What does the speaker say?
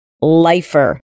LIFER